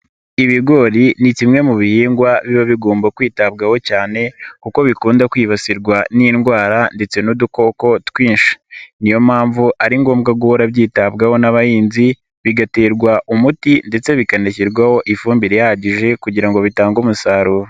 Ibigori ni kimwe mu bihingwa biba bigomba kwitabwaho cyane kuko bikunda kwibasirwa n'indwara ndetse n'udukoko twinshi niyo mpamvu ari ngombwa guhora byitabwaho n'abahinzi bigaterwa umuti ndetse bikanashyirwaho ifumbire ihagije kugira ngo bitange umusaruro.